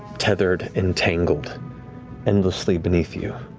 tethered and tangled endlessly beneath you.